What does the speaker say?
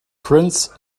prince